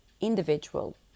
Individual